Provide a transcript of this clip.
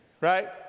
Right